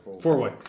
four-way